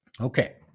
Okay